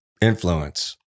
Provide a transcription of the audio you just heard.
influence